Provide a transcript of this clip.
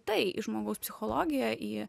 tai į žmogaus psichologiją į